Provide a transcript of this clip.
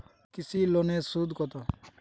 কৃষি লোনের সুদ কত?